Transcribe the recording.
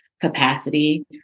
capacity